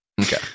Okay